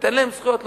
ניתן להם זכויות,